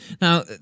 Now